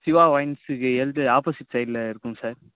ஷிவா ஒயின்ஸுக்கு எதித்து ஆப்போசிட் சைட்டில் இருக்கும் சார்